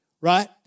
right